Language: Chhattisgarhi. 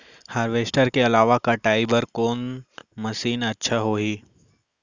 हारवेस्टर के अलावा कटाई बर कोन मशीन अच्छा होही?